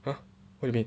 !huh! what you mean